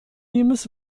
limes